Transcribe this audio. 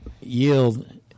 yield